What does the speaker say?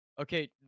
Okay